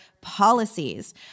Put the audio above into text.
policies